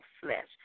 flesh